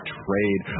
trade